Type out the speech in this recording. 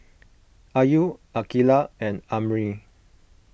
Ayu Aqilah and Amrin